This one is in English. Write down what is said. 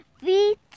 feet